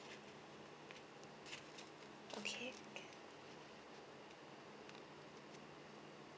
okay can